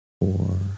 four